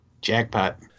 Jackpot